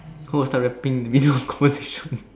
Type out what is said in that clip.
who will start rapping in the middle of the conversation